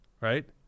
right